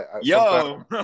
Yo